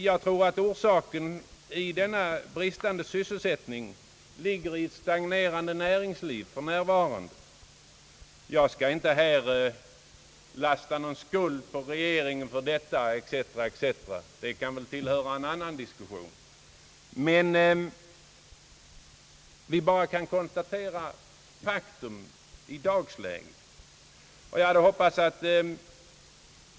Jag tror att orsaken till den bristande sysselsättningen för närvarande ligger i ett stagnerande näringsliv, men jag skall inte lasta regeringen för det, ty det tillhör väl en annan diskussion. Emellertid kan vi konstatera faktum i dagsläget.